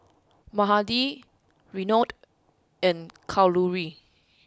Mahade Renu and Kalluri